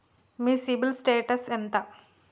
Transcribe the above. మీ CIBIL status ఎంత?